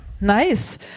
Nice